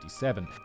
1987